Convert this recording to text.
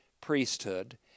priesthood